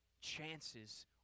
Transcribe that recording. chances